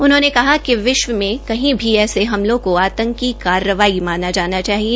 उन्होंने कहा कि विश्व में कही भी ऐसे हमलों को आंतकी कार्रवाई माना जाना चाहिए